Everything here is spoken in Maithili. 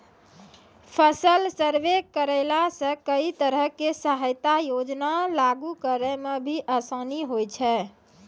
फसल सर्वे करैला सॅ कई तरह के सहायता योजना लागू करै म भी आसानी होय छै